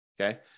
Okay